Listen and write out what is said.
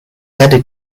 erde